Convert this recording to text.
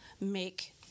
make